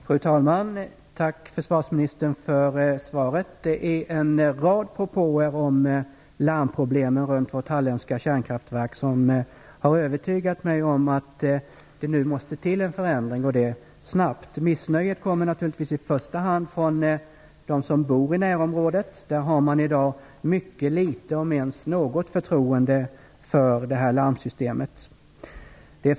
Fru talman! Tack, försvarsministern, för svaret. Det är en rad propåer om larmproblemen runt vårt halländska kärnkraftverk som har övertygat mig om att det måste till en förändring och det snabbt. Missnöjet kommer naturligtvis i första hand från dem som bor i närområdet. Där har man i dag mycket litet, om ens något, förtroende för larmsystemet.